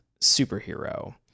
Superhero